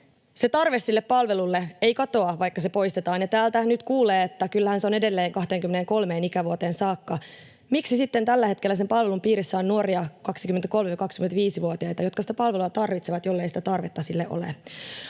Se tarve sille palvelulle ei katoa, vaikka se poistetaan. Ja kun täältä nyt kuulee, että kyllähän se on edelleen 23 ikävuoteen saakka, niin miksi sitten tällä hetkellä sen palvelun piirissä on nuoria 23—25-vuotiaita, jotka sitä palvelua tarvitsevat, jollei tarvetta sille ole?